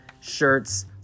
shirts